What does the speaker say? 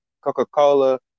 Coca-Cola